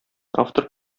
автор